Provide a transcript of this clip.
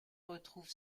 retrouve